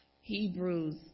Hebrews